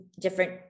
different